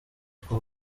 k’u